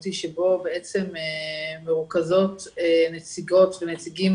משמעותי שבו מרוכזים נציגות ונציגים